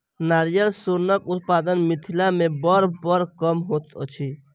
नारियल सोनक उत्पादन मिथिला मे बड़ कम होइत अछि